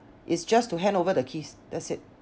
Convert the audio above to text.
is just to hand over the keys that's it